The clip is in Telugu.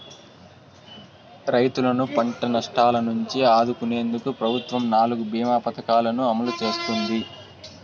రైతులను పంట నష్టాల నుంచి ఆదుకునేందుకు ప్రభుత్వం నాలుగు భీమ పథకాలను అమలు చేస్తోంది